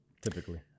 typically